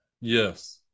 Yes